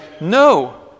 no